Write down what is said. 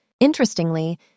Interestingly